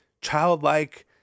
childlike